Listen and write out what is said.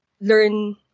learn